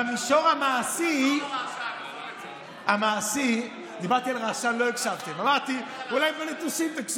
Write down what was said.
במישור המעשי, המעשי, תחזור לרעשן, עזוב את זה.